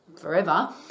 forever